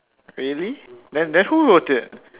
really then then who wrote it